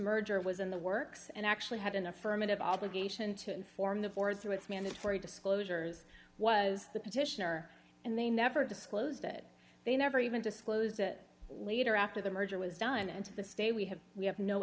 merger was in the works and actually had an affirmative obligation to inform the board through its mandatory disclosures was the petitioner and they never disclosed it they never even disclosed it later after the merger was done and the stay we have we have no